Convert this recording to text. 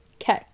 okay